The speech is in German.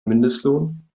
mindestlohn